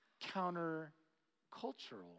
counter-cultural